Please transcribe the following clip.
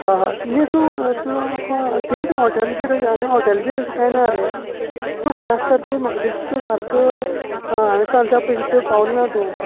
अ अ न्ही तूं तूं थंय खंय हॉटेल बी तशें हांगा हॉटेल बी तशें कांय ना रे तूं खंय आसा तर म्हाका दिसता तूं सारको हांव हांयें सांगलां त्या प्लेसीर पावला ना तूं